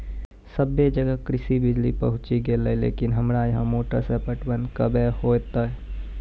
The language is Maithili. सबे जगह कृषि बिज़ली पहुंची गेलै लेकिन हमरा यहाँ मोटर से पटवन कबे होतय?